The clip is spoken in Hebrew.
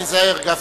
תיזהר, גפני.